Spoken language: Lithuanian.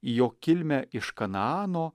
jo kilmę iš kanaano